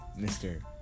Mr